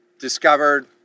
discovered